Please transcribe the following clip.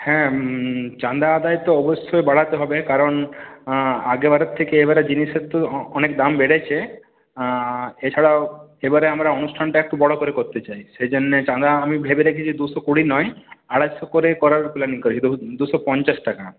হ্যাঁ চাঁদা আদায় তো অবশ্যই বাড়াতে হবে কারণ আগেরবারের থেকে এবারে জিনিসের তো অনেক দাম বেড়েছে এছাড়াও এবারে আমরা অনুষ্ঠানটা একটু বড় করে করতে চাই সেই জন্যে চাঁদা আমি ভেবে রেখেছি দুশো কুড়ি নয় আড়াইশো করে করার প্ল্যানিং করেছি দু দুশো পঞ্চাশ টাকা